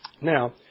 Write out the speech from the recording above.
Now